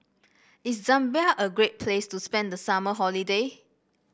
is Zambia a great place to spend the summer holiday